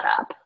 up